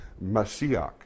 messiah